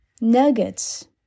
nuggets